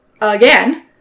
again